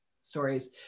stories